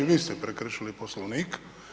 Vi ste prekršili Poslovnik.